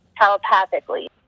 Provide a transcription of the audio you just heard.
telepathically